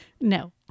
No